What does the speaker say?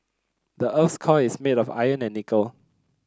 the earth's core is made of iron and nickel